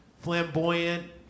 flamboyant